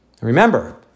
Remember